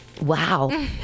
Wow